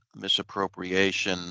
misappropriation